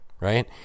right